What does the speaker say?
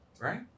right